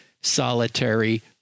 solitary